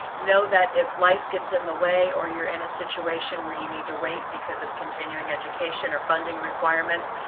know that if life gets in the way, or you're in a situation where you need to wait because of continuing education or funding requirements,